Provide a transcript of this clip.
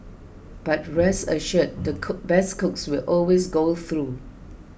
but rest assured the cook best cooks will always go through